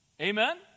Amen